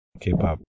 K-pop